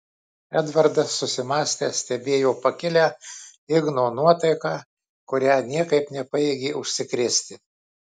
edvardas susimąstęs stebėjo pakilią igno nuotaiką kuria niekaip nepajėgė užsikrėsti